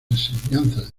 enseñanzas